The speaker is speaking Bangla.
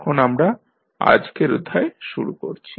এখন আমরা আজকের অধ্যায় শুরু করছি